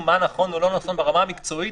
היא מגיעה למקומות שבדמוקרטיה קשה לקבל שזה נדרש,